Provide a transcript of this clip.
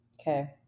okay